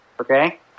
Okay